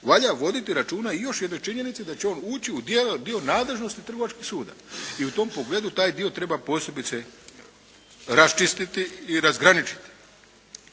valja voditi računa i o još jednoj činjenici, da će on ući u dio nadležnosti trgovačkog suda i u tom pogledu taj dio treba posebice raščistiti i razgraničiti.